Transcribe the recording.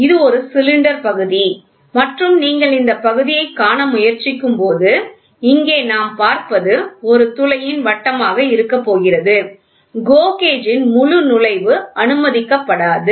இது ஒரு சிலிண்டர் பகுதி மற்றும் நீங்கள் இந்த பகுதியைக் காண முயற்சிக்கும்போது இங்கே நாம் பார்ப்பது ஒரு துளையின் வட்டமாக இருக்கப் போகிறது GO கேஜ் ன் முழு நுழைவு அனுமதிக்கப்படாது